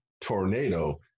tornado